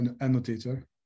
annotator